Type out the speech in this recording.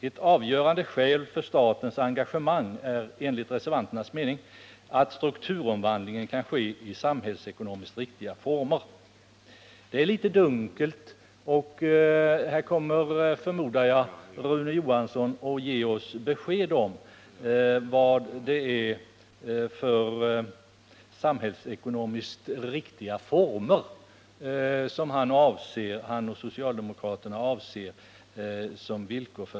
Ett avgörande skäl för statens engagemang är enligt utskottets mening att strukturomvandlingen inom företagen kan ske i samhällsekonomiskt riktiga former.” Detta är litet dunkelt, och jag förmodar att Rune Johansson kommer att ge oss besked om vad det är för samhällsekonomiskt riktiga former som han och de andra socialdemokraterna avser som villkor.